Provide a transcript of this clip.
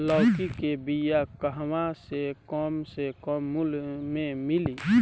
लौकी के बिया कहवा से कम से कम मूल्य मे मिली?